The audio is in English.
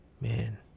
Man